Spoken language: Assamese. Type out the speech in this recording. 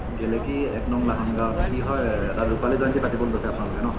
গেলেকী এক নং লাহন গাঁৱত কি হয় তাত ৰূপালী জয়ন্তী পাতিবলৈ লৈছে আপোনালোকে ন